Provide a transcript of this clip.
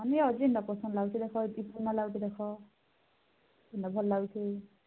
ହଁ ନିଅ ଯେନ୍ଟା ପସନ୍ଦ ଲାଗୁଛି ଦେଖ ସୁନ୍ଦର ଲାଗୁଛି ଦେଖ ଯେନ୍ଟା ଭଲ ଲାଗୁଛି